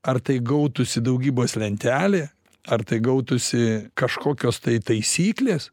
ar tai gautųsi daugybos lentelė ar tai gautųsi kažkokios tai taisyklės